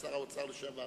שר האוצר לשעבר